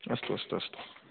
अस्तु अस्तु अस्तु